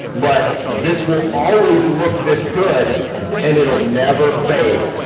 but this will always look this good and it'll never fade.